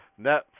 Netflix